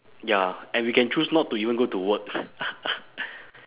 ya and we can choose not to even go to work